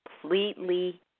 completely